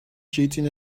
cheating